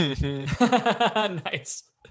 Nice